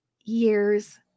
years